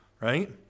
right